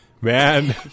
man